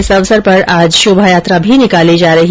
इस अवसर पर आज शोभा यात्रा भी निकाली जाएगी